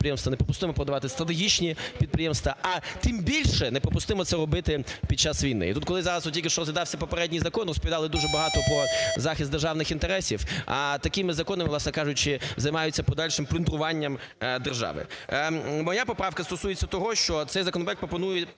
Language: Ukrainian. неприпустимо продавати стратегічні підприємства, а, тим більше, неприпустимо це робити під час війни. І тут, коли зараз от тільки що розглядався попередній закон, розповідали дуже багато про захист державних інтересів, а такими законами, власне кажучи, займаються подальшим плюндруванням держави. Моя поправка стосується того, що цей законопроект пропонує